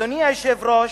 אדוני היושב-ראש,